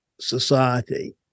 Society